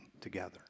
together